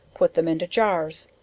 put them into jars,